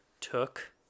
took